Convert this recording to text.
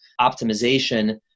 optimization